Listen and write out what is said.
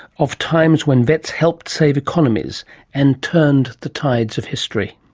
of times when vets helped save economies and turned the tides of history.